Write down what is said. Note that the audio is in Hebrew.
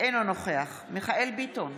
אינו נוכח מיכאל מרדכי ביטון,